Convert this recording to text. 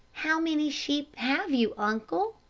how many sheep have you, uncle?